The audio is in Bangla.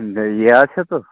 যেই ইয়ে আছে তো